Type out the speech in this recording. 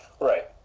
Right